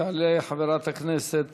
תעלה חברת הכנסת